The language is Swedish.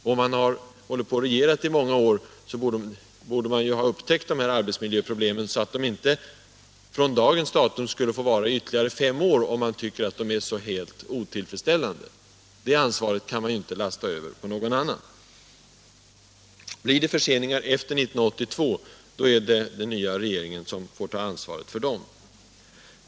När man har hållit på och regerat i många år borde man ju ha upptäckt de här arbetsmiljöproblemen, så att de inte från dagens datum skulle få vara i ytterligare fem år, om man tycker att de är så helt otillfredsställande. Det ansvaret kan man inte lasta över på någon annan. Blir det förseningar efter 1982, då är det den nya regeringen som får ta ansvaret för dem.